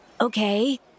Okay